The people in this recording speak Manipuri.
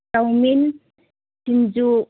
ꯆꯧꯃꯤꯟ ꯁꯤꯡꯖꯨ